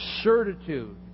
Certitude